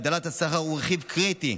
הגדלת השכר היא רכיב קריטי,